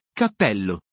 cappello